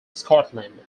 scotland